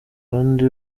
abandi